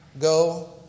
go